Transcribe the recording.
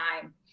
time